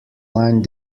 line